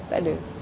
tak ada